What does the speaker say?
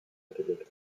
angelegt